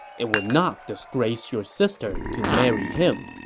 it would not disgrace your sister to marry him.